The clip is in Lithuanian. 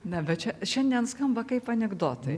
na bet čia šiandien skamba kaip anekdotai